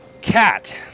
Cat